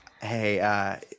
Hey